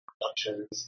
Productions